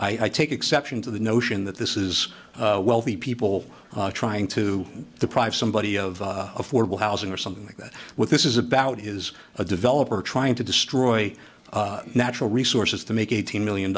so i take exception to the notion that this is wealthy people trying to deprive somebody of affordable housing or something like that with this is about is a developer trying to destroy natural resources to make eighteen million